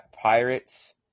Pirates